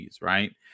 right